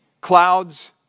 Clouds